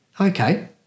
Okay